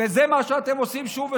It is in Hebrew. וזה מה שאתם עושים שוב ושוב.